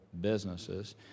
businesses